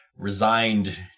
resigned